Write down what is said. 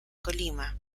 colima